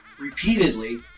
repeatedly